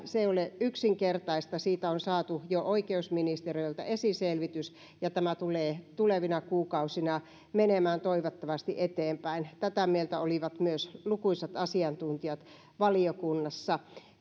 se ei ole yksinkertaista siitä on saatu jo oikeusministeriöltä esiselvitys ja tämä tulee tulevina kuukausina menemään toivottavasti eteenpäin tätä mieltä olivat myös lukuisat asiantuntijat valiokunnassa